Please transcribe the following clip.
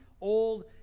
old